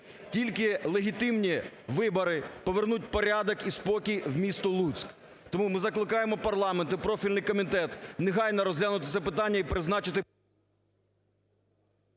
Тільки легітимні вибори повернуть порядок і спокій в місто Луцьк. Тому ми закликаємо парламент і профільний комітет негайно розглянути це питання і призначити…